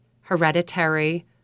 hereditary